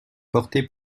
portée